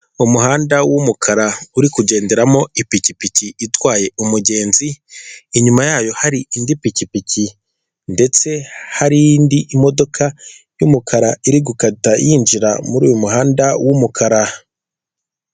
Umuhanda w'umukara uri kugenderamo ipikipiki itwaye umugenzi, inyuma yayo hari indi pikipiki, ndetse hari indi imodoka y'umukara iri gukata yinjira muri uyu muhanda w'umukara.